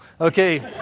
Okay